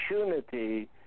opportunity